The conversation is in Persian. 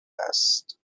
است